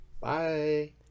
Bye